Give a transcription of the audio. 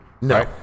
No